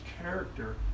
character